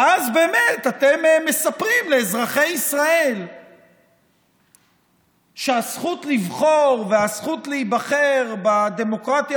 ואז באמת אתם מספרים לאזרחי ישראל שהזכות לבחור והזכות להיבחר בדמוקרטיה